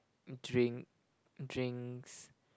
drink drinks